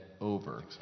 over